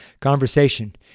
Conversation